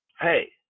hey